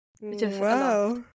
Wow